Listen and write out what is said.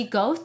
go